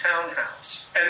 townhouse